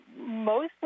mostly